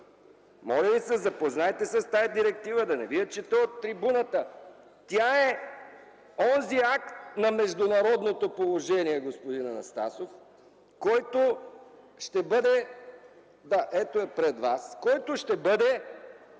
Моля Ви се, запознайте се с тази директива – да не Ви я чета от трибуната. Тя е онзи акт на международното положение, господин Анастасов, който ще бъде